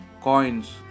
coins